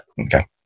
Okay